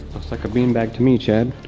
looks like a beanbag to me, chad.